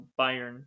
Bayern